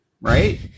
Right